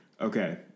okay